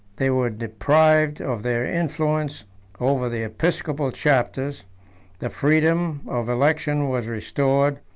they were deprived of their influence over the episcopal chapters the freedom of election was restored,